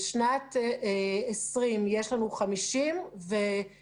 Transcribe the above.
בשנת 2020 יש לנו 50 מיליון שקלים.